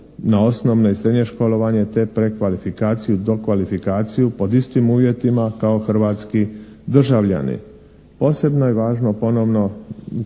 na osnovno i srednje školovanje te prekvalifikaciju, dokvalifikaciju pod istim uvjetima kao hrvatski državljani. Posebno je važno ponovno